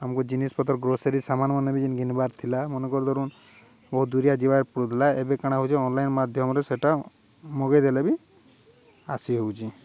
ଆମକୁ ଜିନିଷପତ୍ର ଗ୍ରୋସରୀ ସାମାନମାନେ ବି ଯେନ୍ ଘିନ୍ବାର୍ ଥିଲା ମନେ କରୁ ବହୁତ ଦୁରିଆ ଯିବାର ପଡ଼ୁଥିଲା ଏବେ କାଣା ହେଉଛି ଅନ୍ଲାଇନ୍ ମାଧ୍ୟମରେ ସେଇଟା ମଗାଇଦେଲେ ବି ଆସି ହେଉଛି